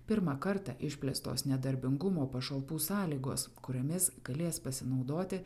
pirmą kartą išplėstos nedarbingumo pašalpų sąlygos kuriomis galės pasinaudoti